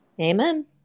Amen